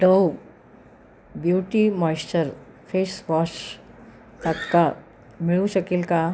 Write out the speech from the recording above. Dove beauty moisture face wash तत्काळ मिळू शकेल का